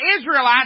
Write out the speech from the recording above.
Israelites